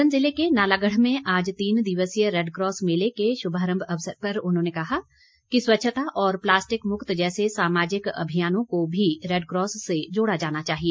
सोलन जिले के नालागढ़ में आज तीन दिवसीय रैडक्रॉस मेले के शुभारम्भ अवसर पर उन्होंने कहा कि स्वच्छता और प्लास्टिक मुक्त जैसे सामाजिक अभियानों को भी रैडक्रॉस से जोड़ा जाना चाहिए